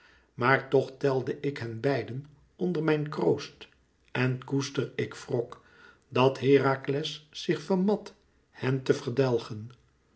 maar toch telde ik hen beiden onder mijn kroost en koester ik wrok dat herakles zich vermat hen te verdelgen